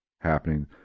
happening